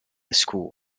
school